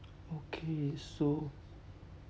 okay so